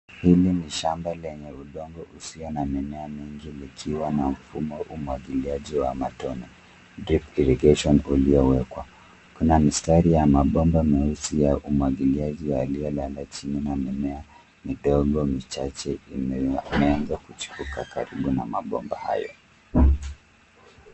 Hili ni shamba lenye udongo usio na mimea mingi likiwa na mfumo wa umwagiliaji wa matone, drip irrigation uliowekwa. Kuna mistari ya mabomba meusi ya umwagiliaji yaliyolala chini na mimea midogo michache imeanza kuchipuka karibu na mabomba hayo.